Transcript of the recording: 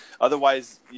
otherwise